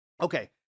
Okay